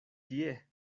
tie